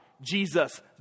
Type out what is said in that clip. Jesus